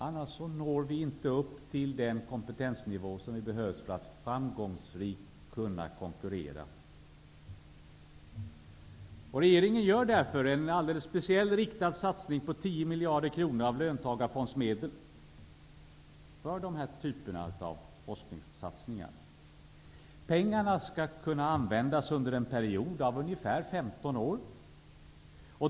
Annars når vi inte upp till den kompetensnivå som behövs för att vi framgångsrikt skall kunna konkurrera. Regeringen föreslår därför en alldeles speciell riktad satsning på 10 miljarder kronor av löntagarfondsmedlen för den här typen av forskningssatsningar. Pengarna skall kunna användas under en period av ungefär 15 år.